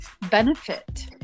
benefit